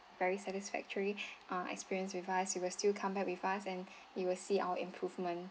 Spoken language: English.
very satisfactory uh experience with us you're still come back with us and you will see our improvement